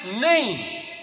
name